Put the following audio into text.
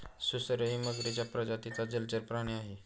सुसरही मगरीच्या प्रजातीचा जलचर प्राणी आहे